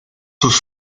sus